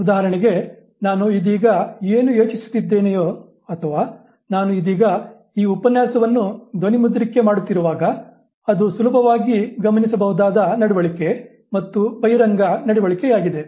ಉದಾಹರಣೆಗೆ ನಾನು ಇದೀಗ ಏನು ಯೋಚಿಸುತ್ತಿದ್ದೇನೆ ಅಥವಾ ನಾನು ಇದೀಗ ಈ ಉಪನ್ಯಾಸವನ್ನು ಧ್ವನಿಮುದ್ರಿಕೆ ಮಾಡುತ್ತಿರುವಾಗ ಅದು ಸುಲಭವಾಗಿ ಗಮನಿಸಬಹುದಾದ ನಡವಳಿಕೆ ಮತ್ತು ಬಹಿರಂಗ ನಡವಳಿಕೆಯಾಗಿದೆ